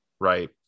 right